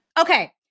Okay